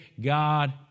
God